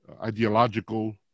ideological